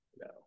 no